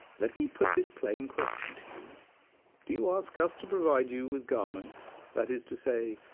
let me put this plain question to you do you ask us to provide you with garments that is to say,